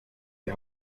die